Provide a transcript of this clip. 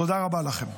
תודה רבה לכם.